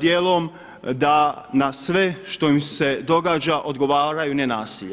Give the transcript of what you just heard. djelom, da na sve što im se događa odgovaraju nenasiljem.